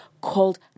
called